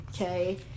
okay